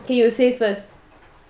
okay you say first